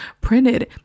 printed